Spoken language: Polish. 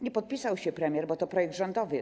Nie podpisał się tu premier, bo to projekt rządowy.